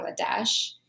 Bangladesh